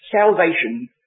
salvation